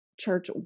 church